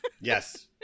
yes